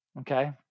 okay